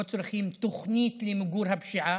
לא צריכים תוכנית למיגור הפשיעה,